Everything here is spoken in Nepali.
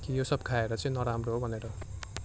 कि यो सब खाएर चाहिँ नराम्रो हो भनेर